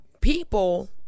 people